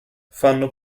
fanno